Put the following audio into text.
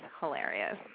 hilarious